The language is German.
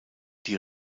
die